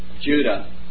Judah